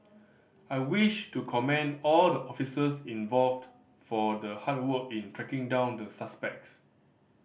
I wish to commend all the officers involved for the hard work in tracking down the suspects